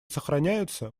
сохраняются